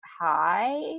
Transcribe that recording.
hi